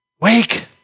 Wake